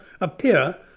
appear